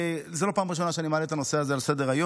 זו לא פעם ראשונה שאני מעלה את הנושא הזה על סדר-היום.